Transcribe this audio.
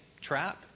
trap